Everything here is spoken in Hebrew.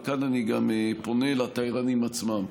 וכאן אני גם פונה לתיירנים עצמם: